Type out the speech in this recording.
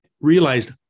realized